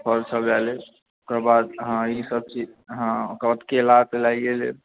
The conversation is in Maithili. फल सब लए लेब ओकरबाद अहाँ ई सबचीज हँ ओकरबाद केला तऽ लइए लेब